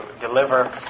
deliver